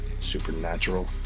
supernatural